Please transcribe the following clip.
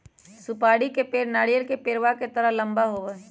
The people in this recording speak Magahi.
सुपारी के पेड़ नारियल के पेड़वा के तरह लंबा होबा हई